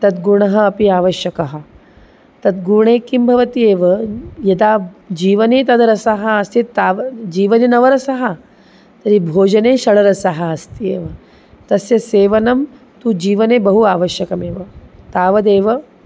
तद्गुणः अपि आवश्यकः तद्गुणे किं भवति एव यदा जीवने तद् रसः आसीत् तावत् जीवने नव रसाः तर्हि भोजने षड्रसाः अस्ति एव तस्य सेवनं तु जीवने बहु आवश्यकमेव तावदेव